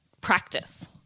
practice